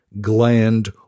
gland